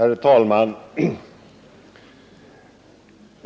Herr talman!